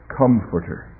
comforter